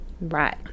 Right